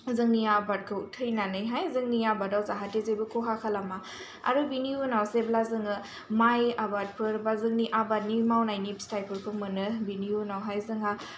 जोंनि आबादखौ थैनानैहाय जोंनि आबादाव जाहाते जेबो खहा खालामा आरो बेनि उनाव जेब्ला जोङो माइ आबादफोर बा जोंनि आबादनि मावनायनि फिथाइ फोरखौ मोनो बेनि उनावहाय जोंहा